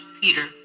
Peter